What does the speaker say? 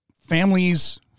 families